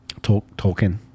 Tolkien